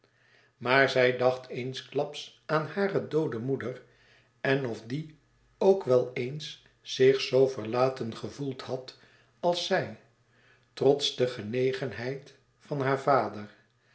maar zij dacht eensklaps aan hare doode moeder en of die ook wel eens zich zoo verlaten gevoeld had als zij trots de genegenheid van haar vader